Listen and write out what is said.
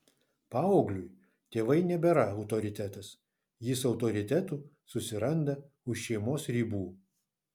paaugliui tėvai nebėra autoritetas jis autoritetų susiranda už šeimos ribų